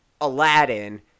Aladdin